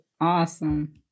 Awesome